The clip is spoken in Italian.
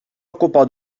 occupò